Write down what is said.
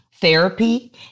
therapy